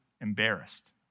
embarrassed